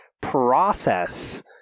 process